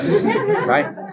right